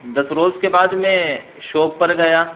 دس روز کے بعد میں شاپ پر گیا